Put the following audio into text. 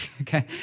Okay